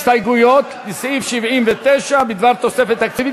הסתייגויות לסעיף 79 בדבר תוספת תקציבית